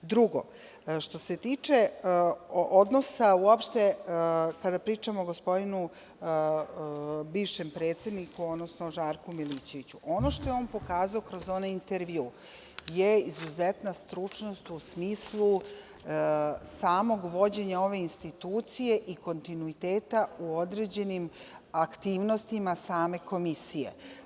Drugo, što se tiče odnosa uopšte kada pričamo o gospodinu bivšem predsedniku odnosno Žarku Milićeviću, ono što je on pokazao kroz onaj intervju je izuzetna stručnost u smislu samog vođenja ove institucije i kontinuiteta u određenim aktivnostima same komisije.